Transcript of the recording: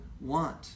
want